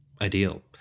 ideal